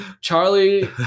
Charlie